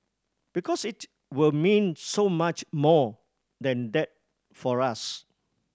because it will mean so much more than that for us